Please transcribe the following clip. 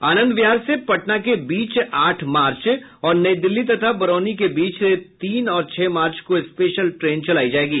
आनंद विहार से पटना के बीच आठ मार्च और नई दिल्ली तथा बरौनी के बीच तीन और छह मार्च को स्पेशल ट्रेन चलायी जायेगी